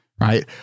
right